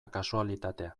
kasualitatea